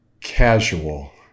casual